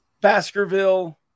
Baskerville